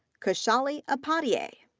khushali upadhyay,